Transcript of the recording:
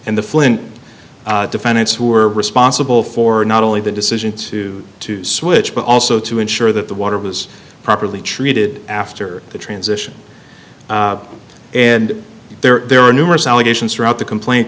and the flint defendants who are responsible for not only the decision to to switch but also to ensure that the water was properly treated after the transition and there were numerous allegations throughout the complaint